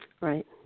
Right